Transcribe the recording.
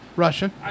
russian